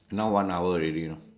now one hour already know